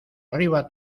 arriba